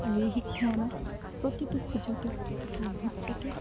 আৰু এই শিক্ষাই আমাক প্ৰতিটো খোজতে প্ৰতিটো মুহূৰ্ততে